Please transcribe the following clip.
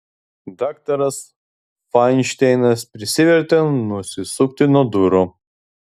daktaras fainšteinas prisivertė nusisukti nuo durų